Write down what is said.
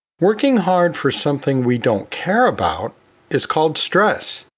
working hard for something we don't care about is called stress.